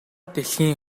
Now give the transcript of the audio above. дэлхийн